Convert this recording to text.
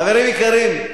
חברים יקרים,